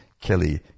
Kelly